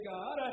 God